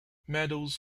medals